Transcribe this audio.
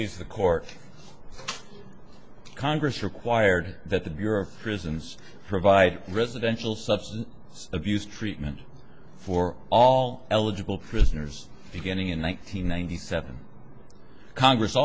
he's the court congress required that the bureau of prisons provide residential substance abuse treatment for all eligible prisoners beginning in one nine hundred ninety seven congress